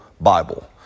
Bible